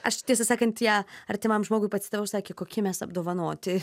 aš tiesą sakant ją artimam žmogui pacitavau sakė kokie mes apdovanoti